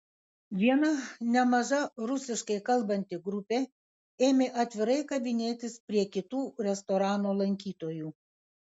viena nemaža rusiškai kalbanti grupė ėmė atvirai kabinėtis prie kitų restorano lankytojų